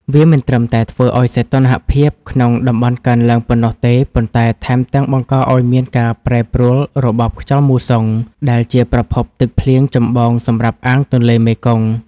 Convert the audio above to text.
វាមិនត្រឹមតែធ្វើឱ្យសីតុណ្ហភាពក្នុងតំបន់កើនឡើងប៉ុណ្ណោះទេ ប៉ុន្តែថែមទាំងបង្កឱ្យមានការប្រែប្រួលរបបខ្យល់មូសុង ដែលជាប្រភពទឹកភ្លៀងចម្បងសម្រាប់អាងទន្លេមេគង្គ។